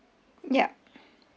yup